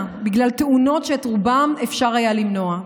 בגלל תאונות שאת רובן אפשר היה למנוע.